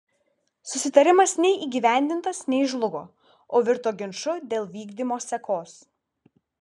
susitarimas nei įgyvendintas nei žlugo o virto ginču dėl vykdymo sekos